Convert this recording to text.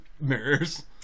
mirrors